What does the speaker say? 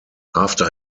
after